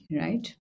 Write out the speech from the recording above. right